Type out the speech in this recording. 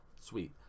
Sweet